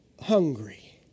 hungry